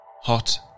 Hot